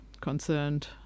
concerned